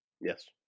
Yes